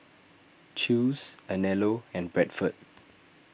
Chew's Anello and Bradford